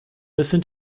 listen